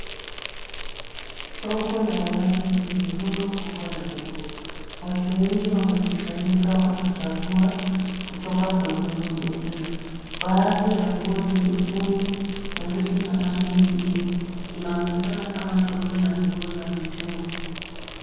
Soko la wazi lenye rundo kubwa la nguo. Watu wengi wamekusanyika wakichagua kutoka kwenye rundo hilo. Badhi ya nguo ni nyekundu, nyeusi na rangi nyingine. Inaonekana kama soko la nguo za mitumba.